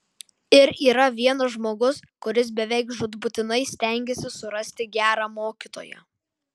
ir yra vienas žmogus kuris beveik žūtbūtinai stengiasi surasti gerą mokytoją